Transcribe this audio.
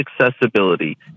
accessibility